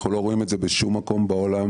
אנחנו לא רואים את זה בשום מקום בעולם,